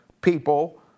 people